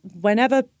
whenever